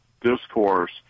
discourse